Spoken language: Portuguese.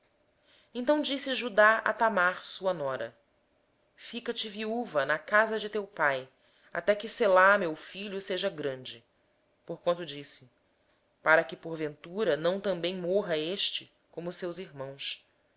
então disse judá a tamar sua nora conserva te viúva em casa de teu pai até que selá meu filho venha a ser homem porquanto disse ele para que porventura não morra também este como seus irmãos